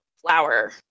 flower